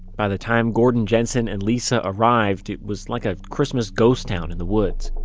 by the time gordon jensen and lisa arrived, it was like a christmas ghost town in the woods